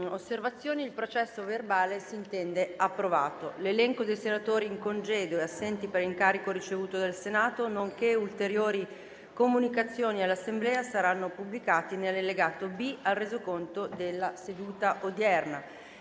"Il link apre una nuova finestra"). L'elenco dei senatori in congedo e assenti per incarico ricevuto dal Senato, nonché ulteriori comunicazioni all'Assemblea saranno pubblicati nell'allegato B al Resoconto della seduta odierna.